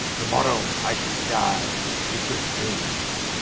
to morrow i shall dye with mickle age.